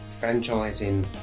franchising